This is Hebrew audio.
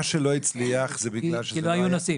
מה שלא הצליח זה בגלל שזה לא היה --- כי לא היו נוסעים.